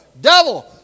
Devil